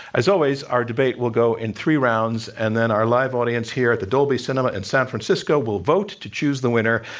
as always, our debate will go in three rounds. and then our live audience here at the dolby cinema at san francisco will vote to choose the winner.